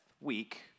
week